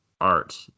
art